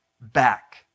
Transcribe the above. back